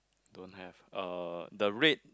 don't have uh the red